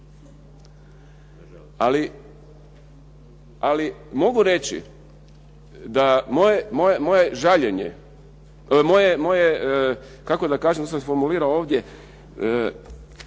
ali mogu reći da moje žaljenje, moje kako da kažem se formulira ovdje